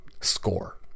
Score